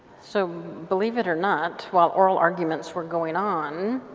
so believe it or not, while oral arguments were going on,